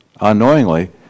unknowingly